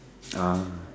ah